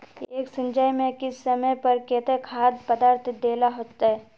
एक सिंचाई में किस समय पर केते खाद पदार्थ दे ला होते?